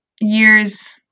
years